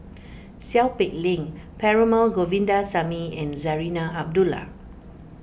Seow Peck Leng Perumal Govindaswamy and Zarinah Abdullah